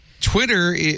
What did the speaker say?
twitter